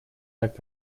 так